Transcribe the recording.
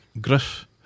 Griff